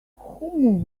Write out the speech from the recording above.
whom